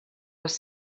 les